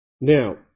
Now